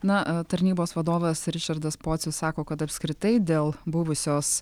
na tarnybos vadovas ričardas pocius sako kad apskritai dėl buvusios